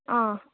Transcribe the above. आं